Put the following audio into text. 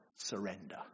surrender